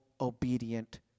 obedient